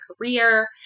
career